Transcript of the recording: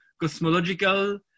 cosmological